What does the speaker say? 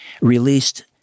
released